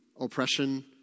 oppression